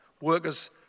workers